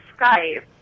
Skype